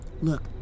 Look